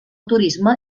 turisme